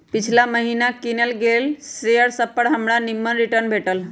पिछिला महिन्ना किनल गेल शेयर सभपर हमरा निम्मन रिटर्न भेटल